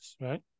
right